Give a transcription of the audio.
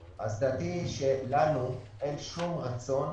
דעתי היא שלנו אין שום רצון